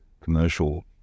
commercial